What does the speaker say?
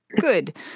good